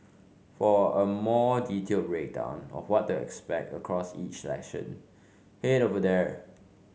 for a more detailed breakdown of what to expect across each session head over here